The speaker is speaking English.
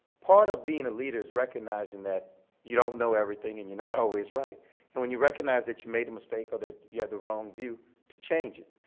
part of being a leader is recognizing that you don't know everything and you're not always right and when you recognize that you made a mistake or that you have the wrong view to change it.